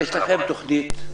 יש לכם תוכנית?